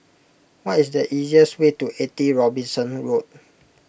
what is the easiest way to eighty Robinson Road